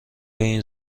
این